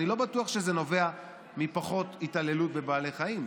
אני לא בטוח שזה נובע מפחות התעללות בבעלי חיים.